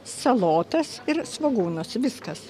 salotas ir svogūnus viskas